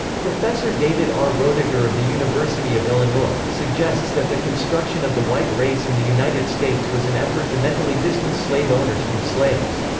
professor david r. roediger of the university of illinois, suggests that the construction of the white race in the united states was an effort to mentally distance slave owners from slaves.